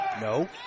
no